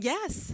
Yes